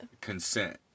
consent